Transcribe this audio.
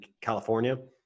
California